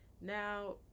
now